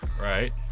Right